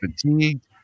fatigued